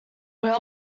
where